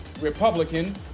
Republican